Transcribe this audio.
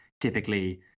typically